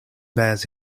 bears